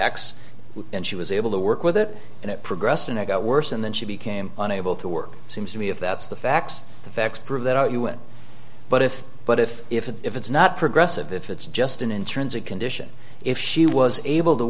x and she was able to work with it and it progressed and it got worse and then she became unable to work it seems to me if that's the facts the facts prove that you went but if but if if if it's not progressive if it's just an intrinsic condition if she was able to